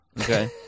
Okay